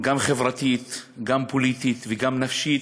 גם חברתית, גם פוליטית וגם נפשית,